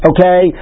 Okay